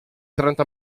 trenta